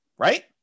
Right